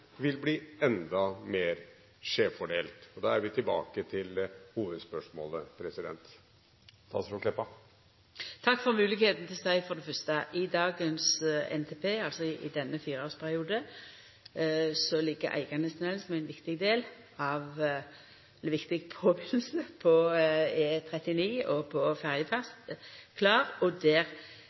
vil bli enda mer skjevfordelt? Da er vi tilbake til hovedspørsmålet. Takk for høvet til å seia for det fyrste at i dagens NTP, altså i denne fireårsperioden, ligg Eiganestunellen – som er ein viktig del, ei viktig påbyrjing på ferjefri E39 – klar. Det ligg midlar inne der,